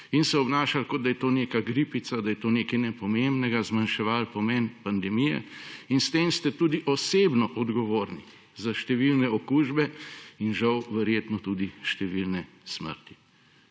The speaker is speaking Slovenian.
in se obnašali, kot da je to neka gripica, da je to nekaj nepomembnega, zmanjševali pomen pandemije in s tem ste tudi osebno odgovorni za številne okužbe in žal verjetno tudi številne smrti.